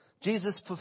Jesus